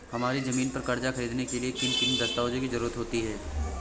हमारी ज़मीन पर कर्ज ख़रीदने के लिए किन किन दस्तावेजों की जरूरत होती है?